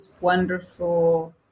wonderful